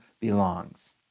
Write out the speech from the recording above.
belongs